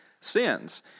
sins